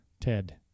Ted